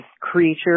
creature